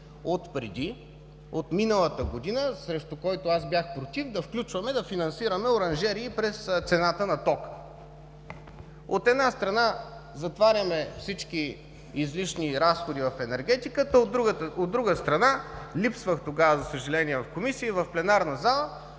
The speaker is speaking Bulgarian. от преди – от миналата година, срещу който аз бях против, да включваме да финансираме оранжерии през цената на тока. От една страна затваряме всички излишни разходи в енергетиката, от друга страна, липсвах тогава, за съжаление, в комисията и в пленарна зала